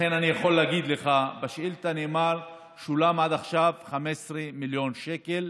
לכן אני יכול להגיד לך שבשאילתה נאמר ששולמו עד עכשיו 15 מיליון שקל,